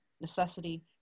necessity